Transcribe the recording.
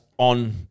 On